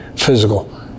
physical